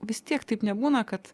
vis tiek taip nebūna kad